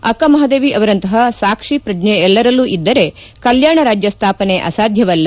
ಅಕ್ಕಮಹಾದೇವಿ ಅವರಂತಹ ಸಾಕ್ಷಿ ಪ್ರಜ್ಞೆ ಎಲ್ಲರಲ್ಲೂ ಇದ್ದರೇ ಕಲ್ಯಾಣ ರಾಜ್ಯ ಸ್ಥಾಪನೆ ಅಸಾಧ್ಯವಲ್ಲ